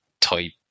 type